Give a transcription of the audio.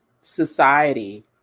society